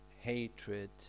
hatred